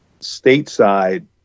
stateside